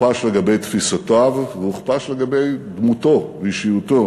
הוכפש לגבי תפיסותיו והוכפש לגבי דמותו ואישיותו